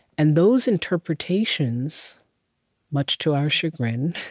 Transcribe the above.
and those interpretations much to our chagrin,